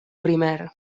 primer